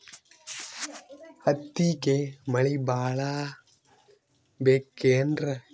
ಹತ್ತಿಗೆ ಮಳಿ ಭಾಳ ಬೇಕೆನ್ರ?